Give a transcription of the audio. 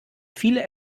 viele